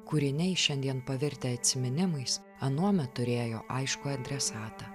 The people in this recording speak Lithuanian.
kūriniai šiandien pavirtę atsiminimais anuomet turėjo aiškų adresatą